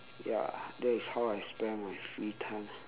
ya that is how I spend my free time